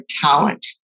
talent